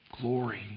Glory